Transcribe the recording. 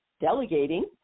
delegating